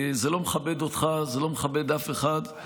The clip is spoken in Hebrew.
זה לא מכבד אותך, זה לא מכבד אף אחד.